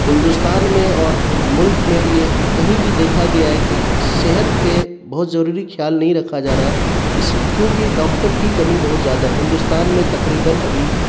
ہندوستان میں اور ملک میں یہ کہیں بھی دیکھا گیا ہے کہ صحت پہ بہت ضروری کھیال نہیں رکھا جا رہا ہے اس کیوںکہ ڈاکٹر کی کمی بہت زیادہ ہے ہندوستان میں تقریباً ابھی